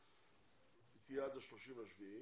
האורכה תהיה עד ה-30 ביולי